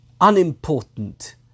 unimportant